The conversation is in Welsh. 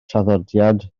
traddodiad